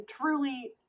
truly